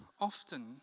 often